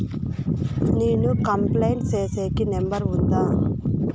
నేను కంప్లైంట్ సేసేకి నెంబర్ ఉందా?